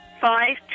five